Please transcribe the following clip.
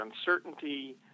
uncertainty